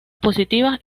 positivas